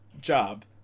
job